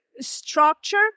structure